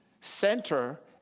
center